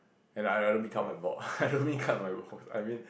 and I I don't mean cut my ball I don't mean cut my ball I mean